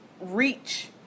reach